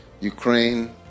ukraine